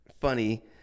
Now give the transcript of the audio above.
funny